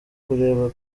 kureba